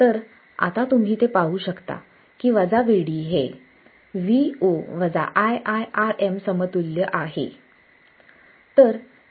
तर आता तुम्ही ते पाहू शकता की Vd हे Vo ii Rm समतुल्य आहे